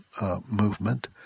movement